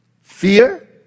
Fear